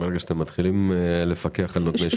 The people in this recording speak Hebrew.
ברגע שאתם מתחילים לפקח על נותני שירות,